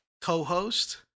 co-host